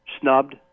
snubbed